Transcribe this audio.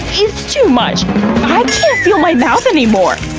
it's too much. i can't feel my mouth any more.